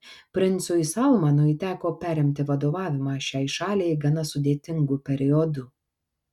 princui salmanui teko perimti vadovavimą šiai šaliai gana sudėtingu periodu